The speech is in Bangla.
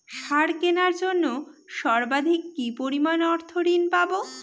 সার কেনার জন্য সর্বাধিক কি পরিমাণ অর্থ ঋণ পাব?